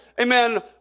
amen